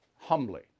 humbly